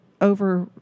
over